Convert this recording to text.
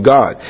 God